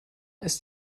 ist